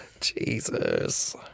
Jesus